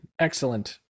Excellent